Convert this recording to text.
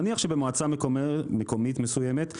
נניח שבמועצה מקומית מסוימת,